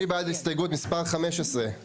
מי בעד הסתייגות מספר 15?